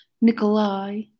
Nikolai